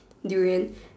durian